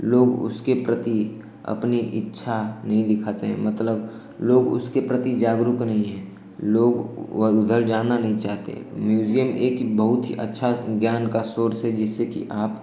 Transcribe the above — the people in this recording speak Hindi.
लोग उसके प्रति अपनी इच्छा नहीं दिखाते हैं मतलब लोग उसके प्रति जागरूक नहीं हैं लोग उधर जाना नहीं चाहते हैं म्यूज़ियम एक बहुत ही अच्छा ज्ञान का सोर्स है जिससे कि आप